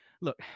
look